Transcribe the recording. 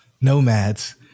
nomads